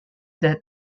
death